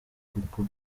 kuko